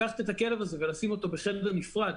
לקחת את הכלב הזה ולשים אותו בחדר נפרד